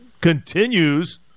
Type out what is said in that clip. continues